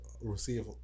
receive